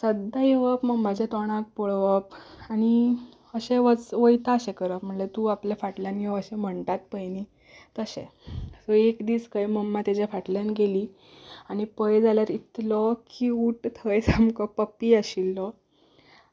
सदां येवप मम्माच्या तोंडाक पळोवप आनी अशें वयताशें करप म्हणल्यार तूं आपल्या फाटल्यान यो अशें म्हणटात पळय न्हय तशें सो एक दीस खंय मम्मा ताज्या फाटल्यान गेली आनी पळय जाल्यार इतलो क्यूट थंय सामको पप्पी आशिल्लो